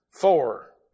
four